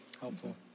Helpful